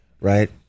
right